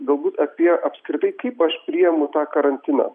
galbūt apie apskritai kaip aš priemu tą karantiną